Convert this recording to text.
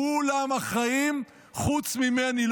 כולם אחראים חוץ ממני.